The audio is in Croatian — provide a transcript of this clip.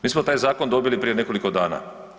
Mi smo taj zakon dobili prije nekoliko dana.